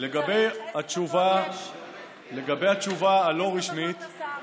לגבי התשובה הלא-רשמית,